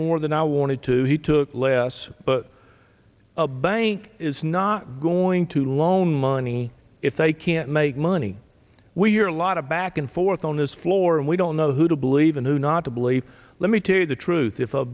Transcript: more than i wanted to he took less but a bank is not going to loan money if they can't money we hear a lot of back and forth on this floor and we don't know who to believe and who not to believe let me tell you the truth if a